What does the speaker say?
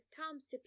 Tom's